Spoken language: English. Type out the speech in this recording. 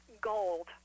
gold